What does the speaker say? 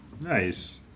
Nice